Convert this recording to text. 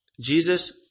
Jesus